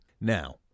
Now